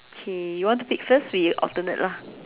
okay you want to pick first we alternate lah